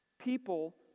People